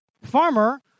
farmer